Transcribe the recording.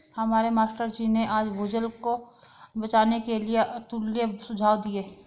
हमारे मास्टर जी ने आज भूजल को बचाने के लिए अतुल्य सुझाव दिए